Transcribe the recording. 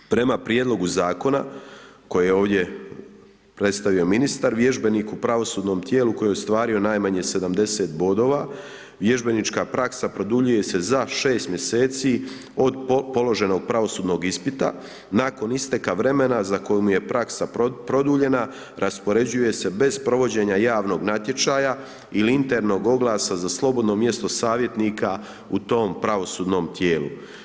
Prema prijedlogu zakona koji je ovdje predstavio ministar, vježbenik u pravosudnom tijelu koje je ostvario najmanje 70 bodova, vježbenička praksa produljuje se za 6 mj. od položenog pravosudnog ispita nakon isteka vremena za koje mu je praksa produljenja, raspoređuje se bez provođenja javnog natječaja ili internog oglasa za slobodno mjesto savjetnika u tom pravosudnom tijelu.